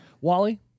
Wally